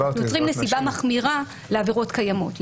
אנחנו יוצרים נסיבה מחמירה לעבירות קיימות.